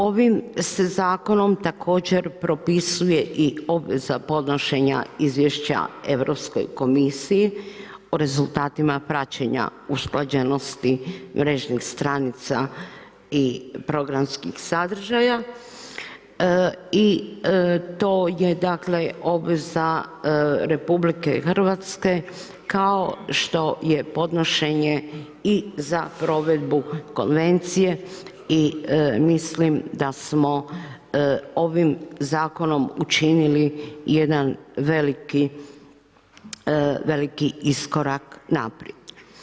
Ovim se zakonom također propisuje i obveza podnošenja izvješća Europskoj komisiji o rezultatima praćenja usklađenosti mrežnih stranica i programskih sadržaja i to je dakle obveza RH kao što je podnošenje i za provedbu konvencije i mislim da smo ovim zakonom učinili jedan veliki iskorak naprijed.